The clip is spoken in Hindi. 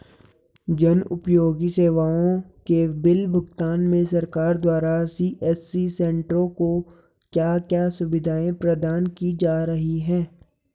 जन उपयोगी सेवाओं के बिल भुगतान में सरकार के द्वारा सी.एस.सी सेंट्रो को क्या क्या सुविधाएं प्रदान की जा रही हैं?